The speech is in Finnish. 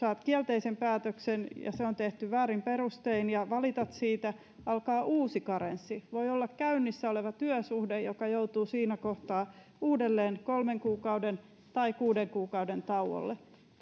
kielteisen päätöksen ja se on tehty väärin perustein ja valitat siitä alkaa uusi karenssi voi olla käynnissä oleva työsuhde joka joutuu siinä kohtaa uudelleen kolmen kuukauden tai kuuden kuukauden tauolle